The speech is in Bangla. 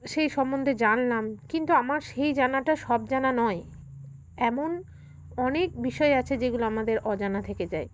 সেই সম্বন্ধে জানলাম কিন্তু আমার সেই জানাটা সব জানা নয় এমন অনেক বিষয় আছে যেগুলো আমাদের অজানা থেকে যায়